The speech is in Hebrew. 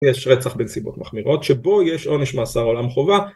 יש רצח בנסיבות מחמירות שבו יש עונש מאסר עולם חובה.